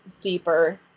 deeper